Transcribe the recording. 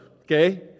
okay